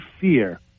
fear